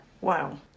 Wow